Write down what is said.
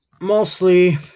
mostly